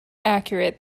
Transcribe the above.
accurate